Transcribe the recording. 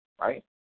right